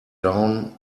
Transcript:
down